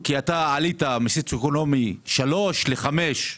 כי הוא עלה ממדד 3 ל-5.